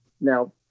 Now